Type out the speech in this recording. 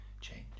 change